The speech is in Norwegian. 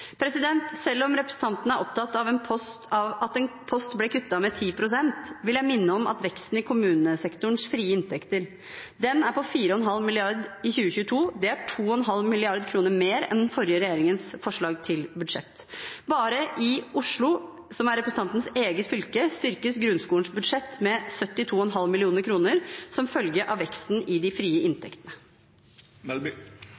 Selv om representanten er opptatt av at en post ble kuttet med 10 pst., vil jeg minne om at veksten i kommunesektorens frie inntekter er på 4,5 mrd. kr i 2022. Det er 2,5 mrd. kr mer enn den forrige regjeringens forslag til budsjett. Bare i Oslo, som er representantens eget fylke, styrkes grunnskolens budsjett med 72,5 mill. kr som følge av veksten i de frie